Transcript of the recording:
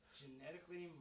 genetically